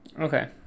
Okay